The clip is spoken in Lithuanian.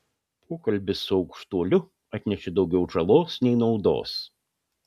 pokalbis su aukštuoliu atnešė daugiau žalos nei naudos